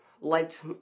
liked